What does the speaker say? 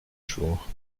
jours